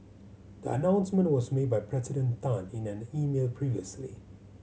the announcement was made by President Tan in an email previously